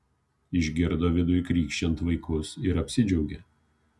išgirdo viduj krykščiant vaikus ir apsidžiaugė